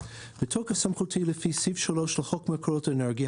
בתוקף סמכותי לפי סעיף 3 לחוק מקורות אנרגיה,